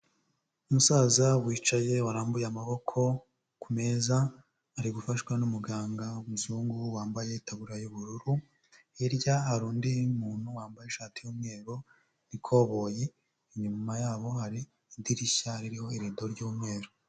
Umusaza wicaye warambuye amaboko ku meza, ari gufashwa n'umuganga w'umuzungu wambaye itaburiya y'ubururu, hirya hari undi muntu wambaye ishati y'umweru n'ikoboye, inyuma yabo hari idirishya ririho irido ry'umweru.